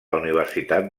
universitat